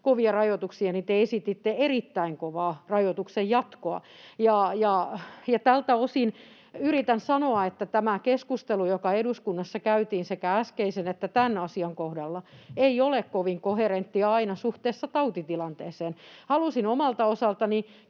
kovia rajoituksia, te esititte erittäin kovaa rajoituksen jatkoa. Ja tältä osin yritän sanoa, että tämä keskustelu, joka eduskunnassa käytiin sekä äskeisen että tämän asian kohdalla, ei ole aina kovin koherenttia suhteessa tautitilanteeseen. Halusin omalta osaltani